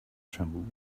tremble